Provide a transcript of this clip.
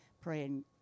praying